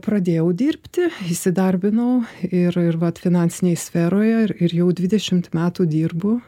pradėjau dirbti įsidarbinau ir ir vat finansinėj sferoje ir ir jau dvidešimt metų dirbu